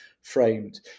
framed